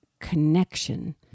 connection